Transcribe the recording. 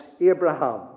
Abraham